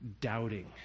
doubting